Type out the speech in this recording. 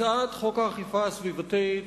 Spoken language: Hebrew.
הצעת חוק האכיפה הסביבתית